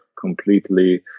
completely